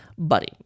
buddy